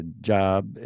job